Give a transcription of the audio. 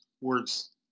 words